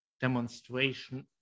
demonstration